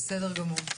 בסדר גמור.